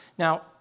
Now